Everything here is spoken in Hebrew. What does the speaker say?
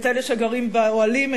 את אלה שגרים באוהלים,